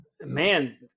man